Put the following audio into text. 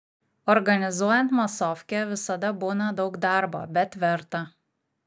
organizuojant masofkę visada būna daug darbo bet verta